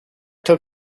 took